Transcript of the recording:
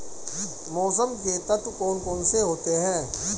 मौसम के तत्व कौन कौन से होते हैं?